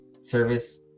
service